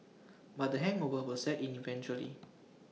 but the hangover were set in eventually